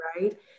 right